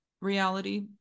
reality